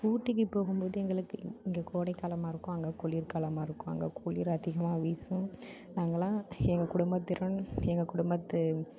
ஊட்டிக்கு போகும்போது எங்களுக்கு இங்கே கோடைக்காலமாக இருக்கும் அங்கே குளிர்காலமாக இருக்கும் அங்கே குளிர் அதிகமாக வீசும் நாங்கெளாம் எங்கள் குடும்பத்துடன் எங்கள் குடும்பத்து